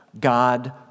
God